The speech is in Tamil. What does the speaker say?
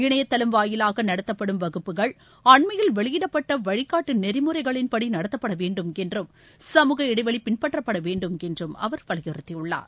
இனையதளம் வாயிலாக நடத்தப்படும் வகுப்புகள் அண்மையில் வெளியிடப்பட்ட வழிகாட்டு நெறிமுறைகளின்படி நடத்தப்பட வேண்டும் என்றும் சமூக இடைவெளி பின்பற்றப்பட வேண்டும் என்றும் அவா் வலியுறுத்தியுள்ளார்